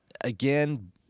Again